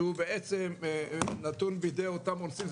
שהוא בעצם נתון בידי אותם אונסים.